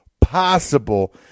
possible